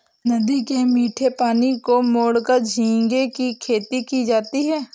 नदी के मीठे पानी को मोड़कर झींगे की खेती की जाती है